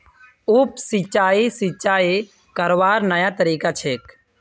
उप सिंचाई, सिंचाई करवार नया तरीका छेक